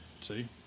See